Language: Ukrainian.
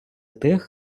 тих